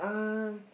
um